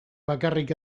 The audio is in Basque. bakarrik